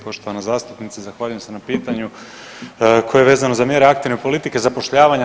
Poštovana zastupnice, zahvaljujem se na pitanje koje je vezano za mjere aktivne politike zapošljavanja.